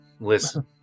listen